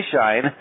Shine